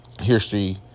history